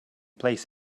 place